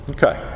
Okay